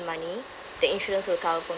money the insurance will cover